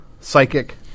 psychic